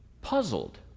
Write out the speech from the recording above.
puzzled